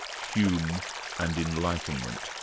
hume and enlightenment.